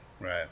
Right